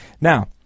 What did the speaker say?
Now